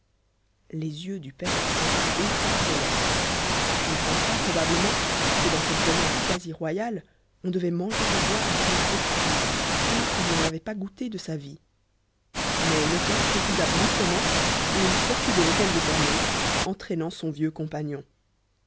les yeux du père absinthe étincelèrent il pensa probablement que dans cette demeure quasi royale on devait manger et boire des choses exquises telles qu'il n'en avait pas goûté de sa vie mais lecoq refusa brusquement et il sortit de l'hôtel de sairmeuse entraînant son vieux compagnon